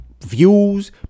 views